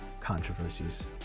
controversies